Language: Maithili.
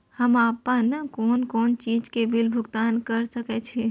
हम आपन कोन कोन चीज के बिल भुगतान कर सके छी?